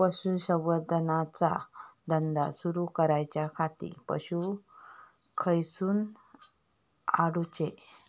पशुसंवर्धन चा धंदा सुरू करूच्या खाती पशू खईसून हाडूचे?